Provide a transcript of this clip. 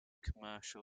commercial